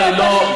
הרי לא,